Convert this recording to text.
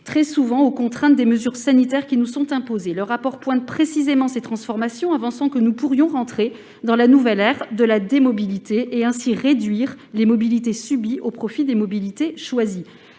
et pallier les contraintes des mesures sanitaires qui nous sont imposées. Le rapport souligne précisément ces transformations, avançant que nous pourrions entrer dans une nouvelle ère de la « démobilité », où nous verrions se réduire les mobilités subies au profit des mobilités choisies.